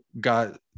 got